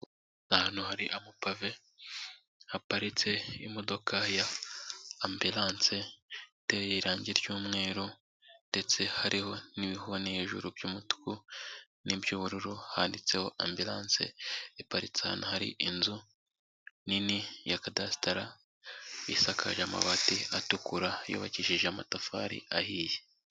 Ahantu hari amapave haparitse imodoka ya ambiranse iteye irangi ry'umweru ndetse hariho n'ibihoni hejuru by'umutuku n'iby'ubururu, handitseho ambiranse, iparitse ahantu hari inzu nini ya kadasitara isakaje amabati atukura yubakishije amatafari ahiye.